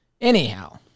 Anyhow